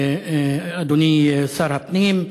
אדוני שר הפנים,